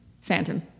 Phantom